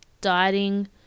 dieting